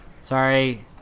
Sorry